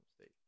State